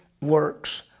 works